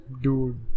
Dude